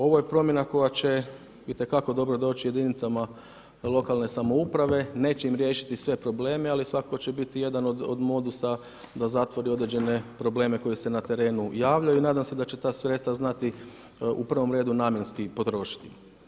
Ovo je promjena koja će itekako dobro doći jedinicama lokalne samouprave, neće im riješiti sve probleme, ali svakako će biti jedan od modusa da zatvori određene probleme koji se na terenu javljaju i nadam se da će ta sredstva znati u prvom redu namjenski potrošiti.